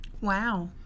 Wow